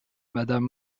madame